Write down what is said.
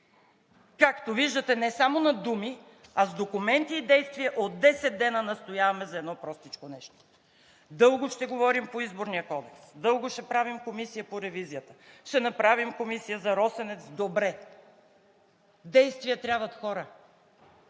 Както виждате, не само на думи, а с документи и действия от 10 дена настояваме за едно простичко нещо. Дълго ще говорим по Изборния кодекс, дълго ще правим Комисия по ревизията, ще направим Комисия за „Росенец“ – добре. Действия трябват, хора!